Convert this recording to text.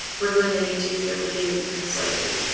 wiggling any tooth that would give even slightly.